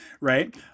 right